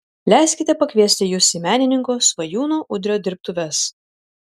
leiskite pakviesti jus į menininko svajūno udrio dirbtuves